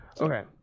Okay